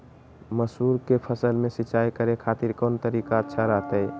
मसूर के फसल में सिंचाई करे खातिर कौन तरीका अच्छा रहतय?